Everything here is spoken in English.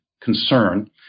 concern